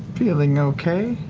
feeling okay.